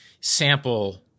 sample